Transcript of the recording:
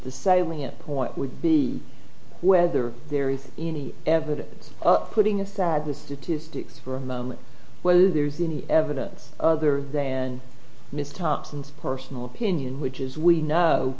the salient point would be whether there is any evidence of putting aside the statistics for a moment whether there's any evidence other than ms thompson's personal opinion which is we know